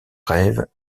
rêve